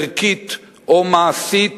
ערכית או מעשית,